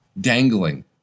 dangling